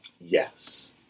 Yes